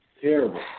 Terrible